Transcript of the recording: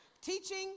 Teaching